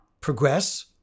progress